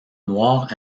noire